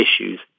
issues